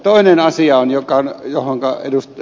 toinen asia johon ed